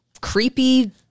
creepy